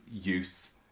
use